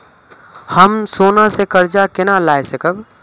हम सोना से कर्जा केना लाय सकब?